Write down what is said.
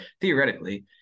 theoretically